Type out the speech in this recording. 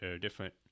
different